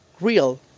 real